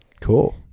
Cool